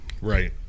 Right